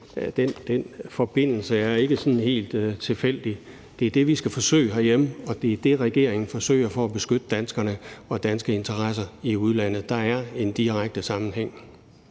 den forbindelse ikke er helt tilfældig. Det er det, vi skal forsøge herhjemme, og det er det, regeringen forsøger for at beskytte danskerne og danske interesser i udlandet. Der er en direkte sammenhæng.